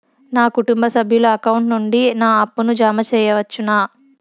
నా కుటుంబ సభ్యుల అకౌంట్ నుండి నా అప్పును జామ సెయవచ్చునా?